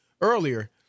earlier